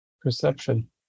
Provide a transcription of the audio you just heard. Perception